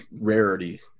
rarity